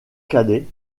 cadet